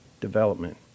Development